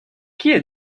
kie